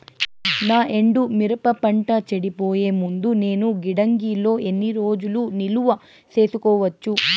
నా ఎండు మిరప పంట చెడిపోయే ముందు నేను గిడ్డంగి లో ఎన్ని రోజులు నిలువ సేసుకోవచ్చు?